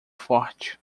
forte